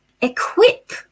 equip